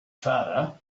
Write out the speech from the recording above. farther